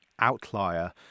outlier